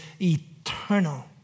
eternal